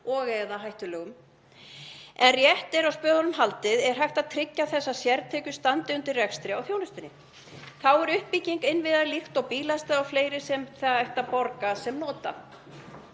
og/eða hættulegum. Ef rétt er á spöðunum haldið er hægt að tryggja að þessar sértekjur standi undir rekstri á þjónustunni. Uppbyggingu innviða, líkt og bílastæði o.fl., ættu þeir að borga sem nota.